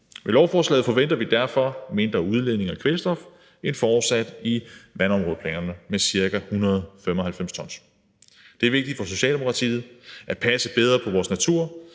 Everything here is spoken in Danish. Med lovforslaget forventer vi derfor mindre udledning af kvælstof end forudsat i vandområdeplanerne på ca. 195 t. Det er vigtigt for Socialdemokratiet at passe bedre på vores natur